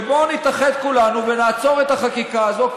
ובואו נתאחד כולנו ונעצור את החקיקה הזאת,